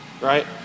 right